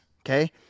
Okay